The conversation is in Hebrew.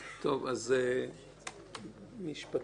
משפטים.